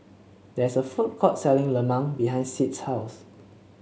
there is a food court selling Lemang behind Sid's house